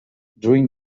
during